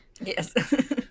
yes